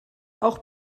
auch